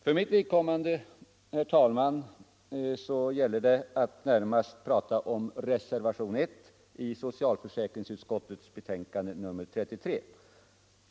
För mitt vidkommande, herr talman, gäller det närmast att prata om reservation 1 i socialförsäkringsutskottets betänkande nr 33.